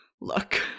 Look